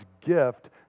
gift